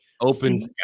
open